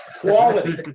Quality